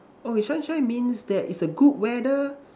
oh if sunshine means that it's a good weather